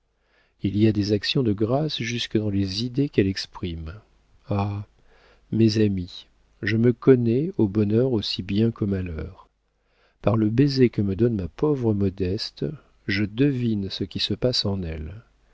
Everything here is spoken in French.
il y a des actions de grâce jusque dans les idées qu'elle exprime ah mes amis je me connais au bonheur aussi bien qu'au malheur par le baiser que me donne ma pauvre modeste je devine ce qui se passe en elle